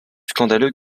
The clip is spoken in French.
scandaleux